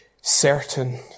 certain